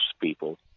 people